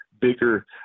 bigger